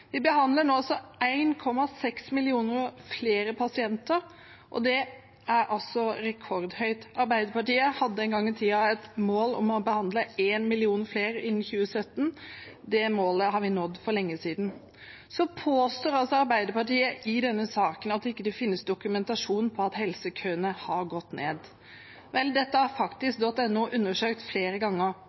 Vi behandler nå 1,6 millioner flere pasienter. Det er rekordhøyt. Arbeiderpartiet hadde en gang i tiden et mål om å behandle 1 million flere innen 2017. Det målet har vi nådd for lenge siden. Så påstår Arbeiderpartiet i denne saken at det ikke finnes dokumentasjon på at helsekøene har gått ned. Vel, dette har Faktisk.no undersøkt flere ganger. I juli 2017 dokumenterer de at